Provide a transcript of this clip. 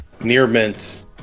near-mint